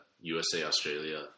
USA-Australia